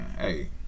Hey